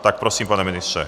Tak prosím, pane ministře.